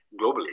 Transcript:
globally